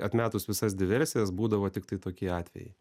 atmetus visas diversijas būdavo tiktai tokie atvejai